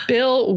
Bill